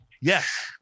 Yes